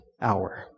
hour